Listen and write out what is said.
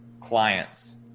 clients